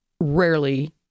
rarely